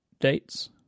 Dates